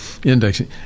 indexing